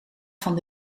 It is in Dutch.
van